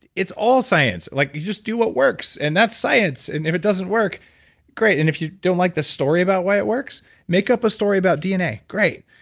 it's all science, like you just do what works and that's science. and if it doesn't work great, and if you don't like the story about why it works, make up a story about dna, great.